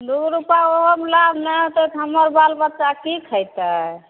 दू रूपा ओहोमे लाभ नहि होतै तऽ हम्मर बालबच्चा की खैतै